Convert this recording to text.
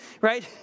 right